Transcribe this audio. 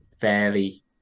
fairly